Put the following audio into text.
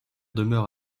demeure